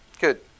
Good